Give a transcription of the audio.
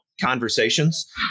Conversations